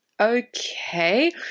Okay